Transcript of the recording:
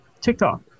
TikTok